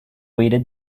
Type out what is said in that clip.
waited